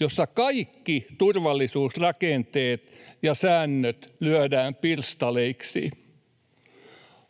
jossa kaikki turvallisuusrakenteet ja säännöt lyödään pirstaleiksi.